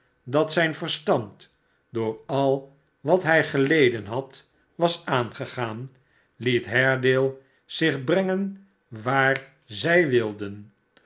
dat zijn verstand door al wat hij geleden had was aangedaan het haredale zich brengen waar zij wilden